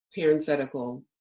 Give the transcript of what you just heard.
parenthetical